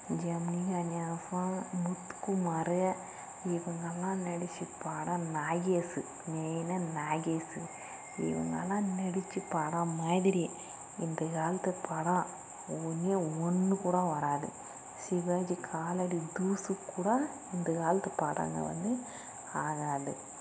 ஜெமினி கணேசன் முத்துக்குமார் இவங்கள்லாம் நடிச்சு படம் நாகேஷ் மெயின்னா நாகேஷ் இவங்கள்லாம் நடிச்ச படம் மாதிரி இந்தக் காலத்துப் படம் ஒன்றே ஒன்றுக்கூட வராது சிவாஜி காலடி தூசுக்கூட இந்தக் காலத்துப் படங்கள் வந்து ஆகாது